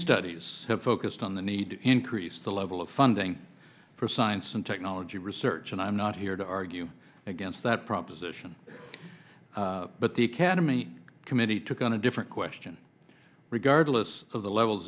studies have focused on the need to increase the level of funding for science and technology research and i'm not here to argue against that proposition but the academy committee took on a different question regardless of the levels